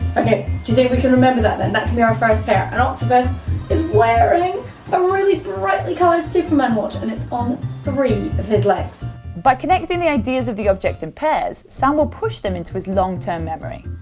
ok, do you think we can remember that then, that can be our first pair? an octopus is wearing a really brightly coloured superman watch and it's on three of his legs! by connecting the ideas of the objects in pairs, sam will push them into his long term memory.